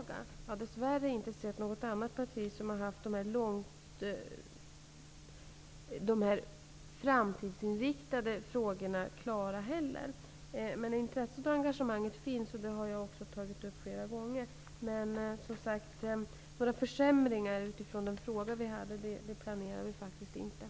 Jag har dess värre inte sett att något annat parti har dessa framtidsinriktade frågor klara heller. Men intresset och engagemanget finns, och det har jag tagit upp flera gånger. Som svar på den fråga jag fick kan jag som sagt säga att vi faktiskt inte planerar några försämringar.